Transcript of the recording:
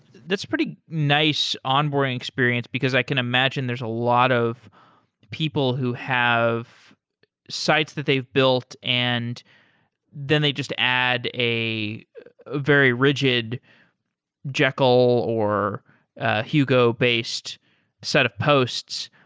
that's pretty nice onboarding experience, because i can imagine there's a lot of people who have sites that they've built and then they just add a very rigid jekyll or ah hugo-based set of posts,